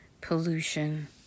pollution